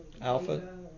Alpha